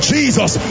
Jesus